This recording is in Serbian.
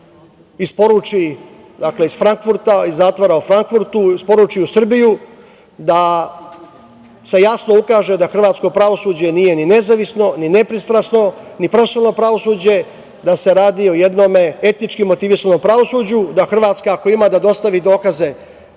isporuči iz zatvora u Frankfurtu u Srbiju, da se jasno ukaže da hrvatsko pravosuđe nije ni nezavisno, ni nepristrasno, ni profesionalno pravosuđe, da se radi o jednom etnički motivisanom pravosuđu, da Hrvatska, ako ima, dostavi dokaze